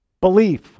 belief